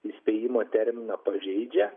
įspėjimo terminą pažeidžia